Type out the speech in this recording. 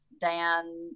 Dan